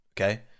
Okay